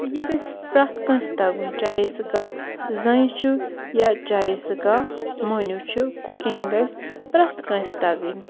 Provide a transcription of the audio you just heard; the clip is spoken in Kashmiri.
یہِ گَژھِ پرٛتھ کٲنٛسہِ تَگُن چاہے سُہ کانٛہہ زٔنۍ چھُ یا چاہے سُہ کانٛہہ مۅہنیٛوٗ چھُ کُکِنٛگ گَژھِ پرٛتھ کٲنٛسہِ تَگٕنۍ